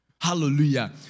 Hallelujah